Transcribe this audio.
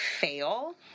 fail